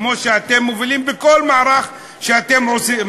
כמו שאתם מובילים בכל מערך שאתם עושים,